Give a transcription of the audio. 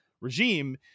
regime